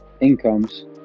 incomes